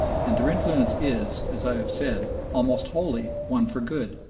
and their influence is, as i have said, almost wholly one for good.